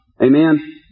Amen